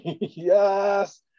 yes